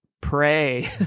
Pray